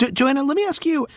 joanna, let me ask you,